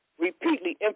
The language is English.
repeatedly